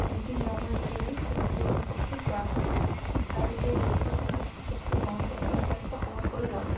নীতি নিয়মেৰে এই ৰেচিপিসমূহ প্ৰস্তুত কৰা হয় আৰু এই ৰেচিপিসমূহ প্ৰস্তুত হওঁতে যথেষ্ট সময়ৰ প্ৰয়োজন